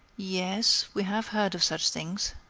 yes, we have heard of such things.